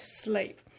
sleep